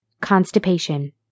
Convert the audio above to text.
Constipation